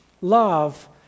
love